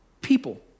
people